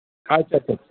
اچھا اچھا